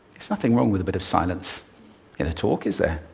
there's nothing wrong with a bit of silence in a talk, is there?